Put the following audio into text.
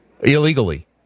illegally